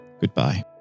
goodbye